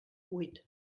huit